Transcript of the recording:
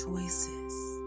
choices